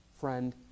Friend